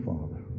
Father